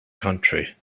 country